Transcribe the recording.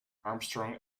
armstrong